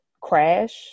crash